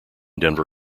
denver